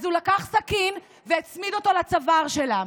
אז הוא לקח סכין והצמיד אותו לצוואר שלה.